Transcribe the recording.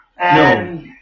No